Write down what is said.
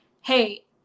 Hey